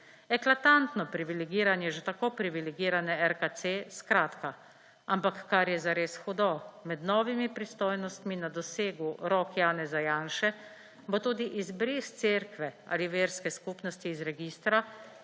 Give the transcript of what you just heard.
Eklatantno privilegiranje že tako privilegirane RKC, skratka. Ampak, kar je zares hudo, med novimi pristojnostmi na dosegu rok Janeza Janše bo tudi izbris cerkve ali verske skupnosti iz registra